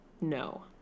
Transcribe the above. No